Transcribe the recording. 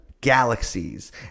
Galaxies